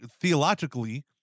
theologically